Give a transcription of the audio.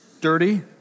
dirty